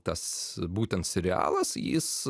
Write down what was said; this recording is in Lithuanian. tas būtent serialas jis